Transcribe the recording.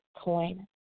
coin